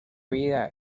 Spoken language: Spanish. vida